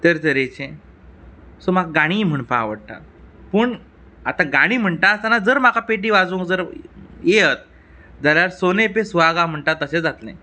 तरतरेचें सो म्हाका गाणीं म्हणपाक आवडटा पूण आतां गाणीं म्हणनासतना जर म्हाका पेटी वाजोवंक जाय जाल्यार येयत जाल्यार सोने पे सुहागा म्हणटा तशें जातलें